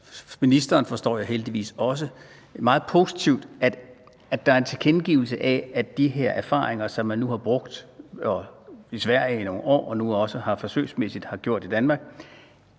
for ministeren, forstår jeg, heldigvis også – og meget positivt, at der er en tilkendegivelse af, at de her erfaringer, som man nu har brugt i Sverige i nogle år og nu også forsøgsmæssigt i Danmark,